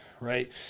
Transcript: right